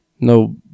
no